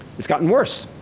it's gotten worse.